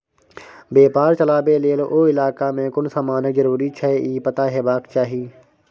बेपार चलाबे लेल ओ इलाका में कुन समानक जरूरी छै ई पता हेबाक चाही